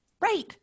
Right